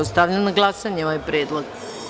Stavljam na glasanje ovaj predlog.